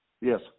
Yes